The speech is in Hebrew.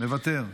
מוותר,